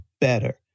better